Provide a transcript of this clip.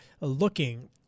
looking